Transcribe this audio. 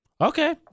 Okay